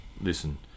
listen